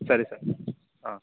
ಸರಿ ಸರ್ ಹಾಂ